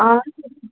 آ